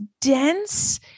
dense